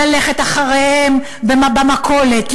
ללכת אחריהם במכולת,